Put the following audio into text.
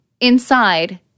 inside